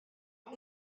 not